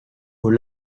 aux